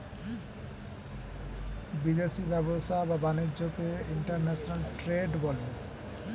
বিদেশি ব্যবসা বা বাণিজ্যকে ইন্টারন্যাশনাল ট্রেড বলে